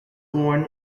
born